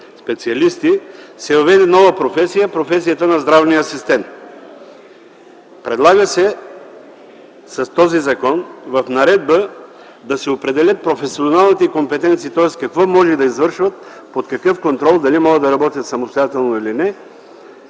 специалисти се въведе нова професия – професията на здравния асистент. С този закон се предлага в наредба да се определят професионалните им компетенции, тоест какво може да извършват, под какъв контрол, дали могат да работят самостоятелно или не